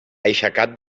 aixecat